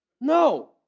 No